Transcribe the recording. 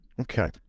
Okay